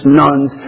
nuns